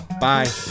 Bye